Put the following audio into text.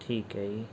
ਠੀਕ ਹੈ ਜੀ